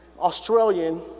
Australian